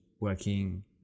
working